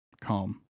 Calm